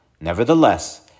Nevertheless